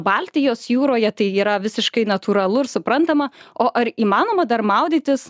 baltijos jūroje tai yra visiškai natūralu ir suprantama o ar įmanoma dar maudytis